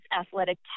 athletic